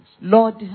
Lord